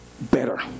better